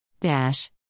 Dash